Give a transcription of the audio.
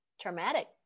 Traumatic